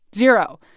zero.